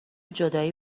جدایی